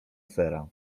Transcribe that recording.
sera